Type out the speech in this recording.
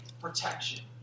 protection